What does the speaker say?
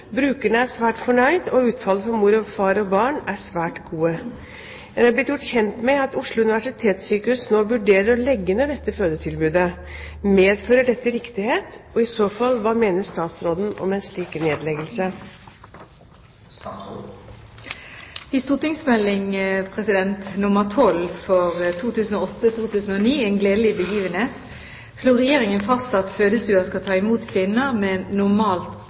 Brukerne er svært fornøyde, og utfallet for mor, far og barn er svært gode. En er blitt gjort kjent med at Oslo universitetssykehus nå vurderer å legge ned dette fødetilbudet. Medfører det riktighet, og i så fall hva mener statsråden om en nedleggelse?» I St.meld. nr. 12 for 2008–2009, En gledelig begivenhet, slo Regjeringen fast at fødestuer skal ta imot kvinner med